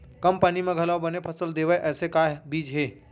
कम पानी मा घलव बने फसल देवय ऐसे का बीज हे?